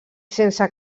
sense